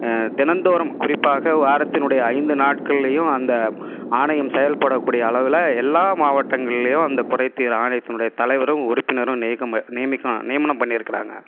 தினந்தோறும் குறிப்பாக வாரத்துனுடைய ஐந்து நாட்கள்லேயும் அந்த ஆணையம் செயல்படக்கூடிய அளவில் எல்லா மாவட்டங்கள்லேயும் அந்த குறைதீர் ஆணையத்தினுடைய தலைவரும் உறுப்பினரும் நியக்கம்ப நியமிக்கோம் நியமனம் பண்ணியிருக்கிறாங்க